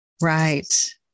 Right